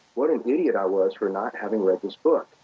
what an idiot i was for not having read this book